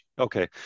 okay